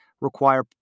require